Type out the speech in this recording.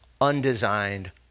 undesigned